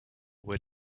were